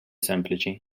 sempliċi